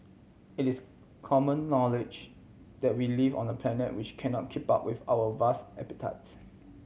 it is common knowledge that we live on the planet which cannot keep up with our vast appetites